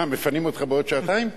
אה, מפנים אותך בעוד שעתיים?